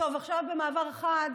טוב, עכשיו במעבר חד